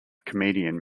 comedian